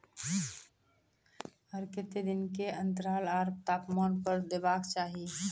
आर केते दिन के अन्तराल आर तापमान पर देबाक चाही?